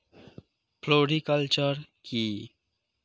Floriculture কি?